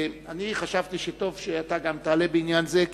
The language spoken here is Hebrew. אני חשבתי שטוב שאתה תענה בעניין זה,